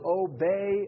obey